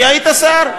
כי היית שר.